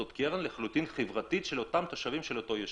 זו קרן חברתית של אותם תושבים של אותו ישוב.